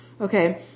Okay